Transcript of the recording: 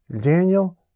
Daniel